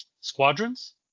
Squadrons